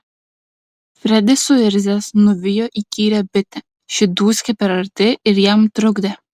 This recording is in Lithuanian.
fredis suirzęs nuvijo įkyrią bitę ši dūzgė per arti ir jam trukdė